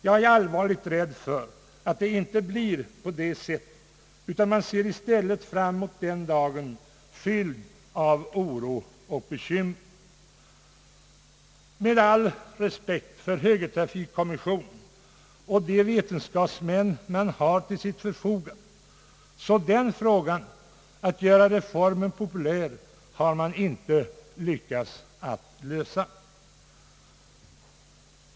Jag är allvarligt rädd för att det inte blir på det sättet utan att man i stället ser fram emot den dagen med oro och bekymmer. Med all respekt för högertrafikkommissionen och de vetenskapsmän man har till sitt förfogande vill jag påstå att man inte har lyckats lösa problemet att göra reformen populär.